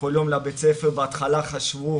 כל יום לבית הספר, בהתחלה חשבו